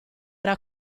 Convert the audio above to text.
era